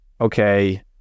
okay